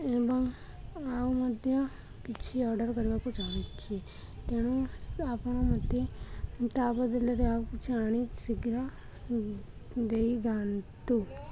ଏବଂ ଆଉ ମଧ୍ୟ କିଛି ଅର୍ଡ଼ର୍ କରିବାକୁ ଚାହୁଁଛି ତେଣୁ ଆପଣ ମୋତେ ତା ବଦଲରେ ଆଉ କିଛି ଆଣି ଶୀଘ୍ର ଦେଇଯାଆନ୍ତୁ